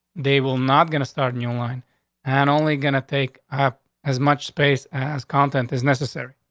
they will not going to start in your line and only gonna take ah as much space as content is necessary.